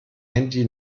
handy